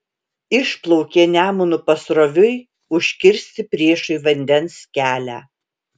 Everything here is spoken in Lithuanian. išplaukė nemunu pasroviui užkirsti priešui vandens kelią